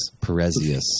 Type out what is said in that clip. Perezius